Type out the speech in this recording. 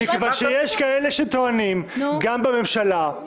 מכיוון שיש כאלה שטוענים, גם בממשלה,